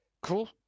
Cool